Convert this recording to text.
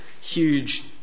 huge